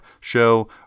show